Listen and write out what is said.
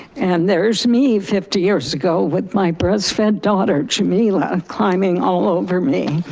and there is me fifty years ago with my breastfed daughter, jamiela, climbing all over me.